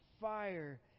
fire